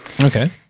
Okay